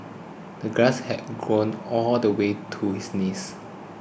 the grass had grown all the way to his knees